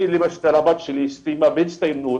הבת שלי סיימה בהצטיינות